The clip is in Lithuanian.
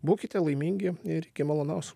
būkite laimingi ir iki malonaus